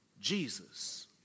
Jesus